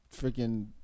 freaking